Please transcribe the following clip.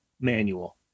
Manual